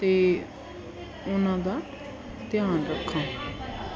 ਅਤੇ ਉਹਨਾਂ ਦਾ ਧਿਆਨ ਰੱਖਾਂ